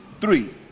three